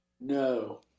no